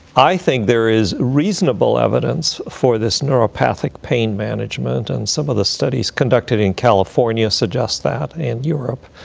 i think there is reasonable evidence for this neuropathic pain management, and some of the studies conducted in california suggest that, and europe.